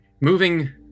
moving